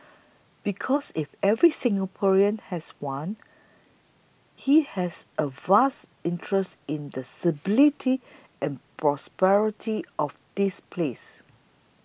because if every Singaporean has one he has a vested interest in the stability and prosperity of this place